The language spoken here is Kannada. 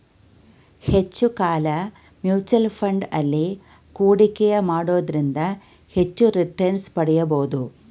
ಹೆಚ್ಚು ಕಾಲ ಮ್ಯೂಚುವಲ್ ಫಂಡ್ ಅಲ್ಲಿ ಹೂಡಿಕೆಯ ಮಾಡೋದ್ರಿಂದ ಹೆಚ್ಚು ರಿಟನ್ಸ್ ಪಡಿಬೋದು